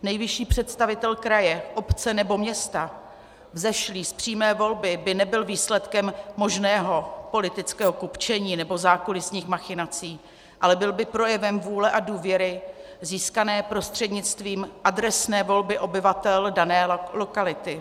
Nejvyšší představitel kraje, obce nebo města vzešlý z přímé volby by nebyl výsledkem možného politického kupčení nebo zákulisních machinací, ale byl by projevem vůle a důvěry získané prostřednictvím adresné volby obyvatel dané lokality.